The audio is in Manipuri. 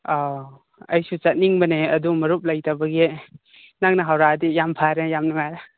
ꯑꯩꯁꯨꯨ ꯆꯠꯅꯤꯡꯕꯅꯦ ꯑꯗꯨ ꯃꯥ ꯂꯩꯇꯕꯒꯤ ꯅꯪꯅ ꯍꯧꯔꯛꯑꯗꯤ ꯌꯥ ꯐꯔꯦ ꯌꯥꯝ ꯅꯨꯡꯉꯥꯏꯔꯦ